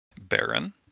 Baron